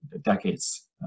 decades